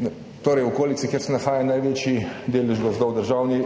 Kočevja, iz okolice, kjer se nahaja največji delež gozdov v državni